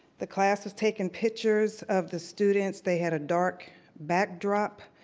the class was taking pictures of the students, they had a dark backdrop.